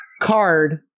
card